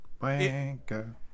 wanker